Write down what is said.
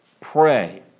pray